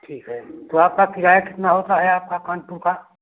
ठीक है तो आपका किराया कितना होता है आपका कानपुर का